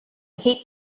heat